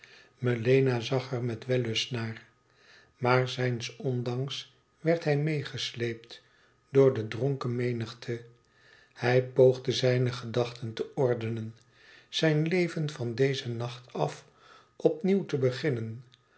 melena zag er met wellust naar maar zijns ondanks werd hij meêgesleept door de dronken menigte hij poogde zijne gedachten te ordenen zijn leven van dezen nacht af op nieuw te beginnen